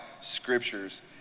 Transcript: scriptures